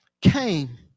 came